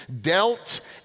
dealt